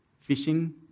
fishing